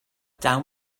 down